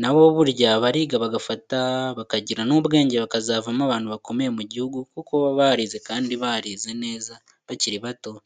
na bo burya bariga bagafata bakagira n'ubwenge bakazavamo abantu bakomeye mu gihugu kuko baba barize kandi barize neza bakiri bato.